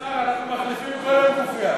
השר, אנחנו מחליפים כל יום גופייה.